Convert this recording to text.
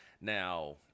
Now